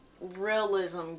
realism